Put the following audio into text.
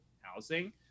housing